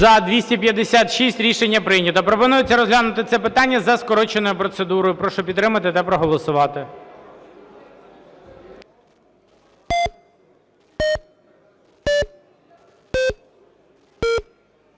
За-256 Рішення прийнято. Пропонується розглянути це питання за скороченою процедурою. Прошу підтримати та проголосувати.